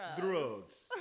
drugs